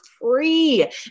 free